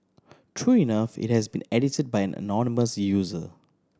true enough it has been edited by an anonymous user